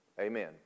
Amen